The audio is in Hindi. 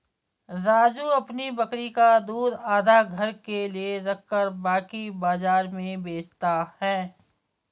राजू अपनी बकरी का दूध आधा घर के लिए रखकर बाकी बाजार में बेचता हैं